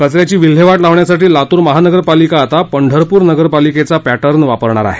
कच याची विल्हेवाट लावण्यासाठी लातूर महानगरपालिका आता पंढरपूर नगरपालिकेचा पॅटर्न वापरणार आहे